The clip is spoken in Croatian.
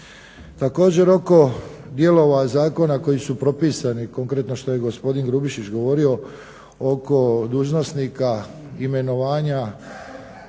Također oko dijelova zakona koji su propisani, konkretno što je gospodin Grubišić govorio oko dužnosnika, imenovanja